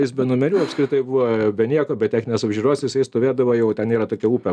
jis be numerių apskritai buvo be nieko be techninės apžiūros jisai stovėdavo jau ten yra tokia upė